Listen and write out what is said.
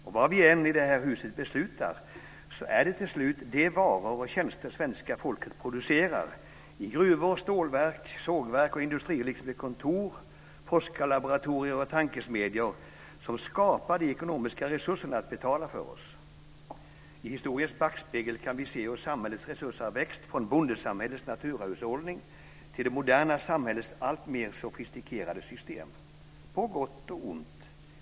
Och vad vi än i det här huset beslutar så är det till slut de varor och tjänster svenska folket producerar i gruvor, stålverk, sågverk och industrier liksom i kontor, forskarlaboratorier och tankesmedjor som skapar de ekonomiska resurserna för oss att betala för välfärden. I historiens backspegel kan vi se hur samhällets resurser har växt från bondesamhällets naturahushållning till det moderna samhällets alltmer sofistikerade system - på gott och ont.